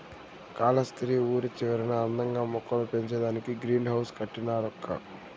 కాలస్త్రి ఊరి చివరన అందంగా మొక్కలు పెంచేదానికే గ్రీన్ హౌస్ కట్టినారక్కో